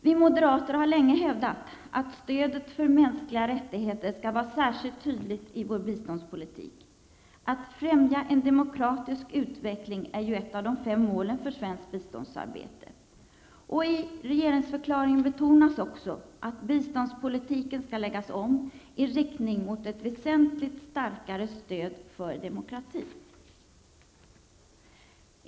Vi moderater har länge hävdat att stödet för mänskliga rättigheter skall vara särskilt tydligt i vår biståndspolitik. Att främja en demokratisk utveckling är ju ett av de fem målen för svenskt biståndsarbete. Och i regeringsförklaringen betonas också att biståndspolitiken skall läggas om i riktning mot ett väsentligt starkare stöd för demokrati.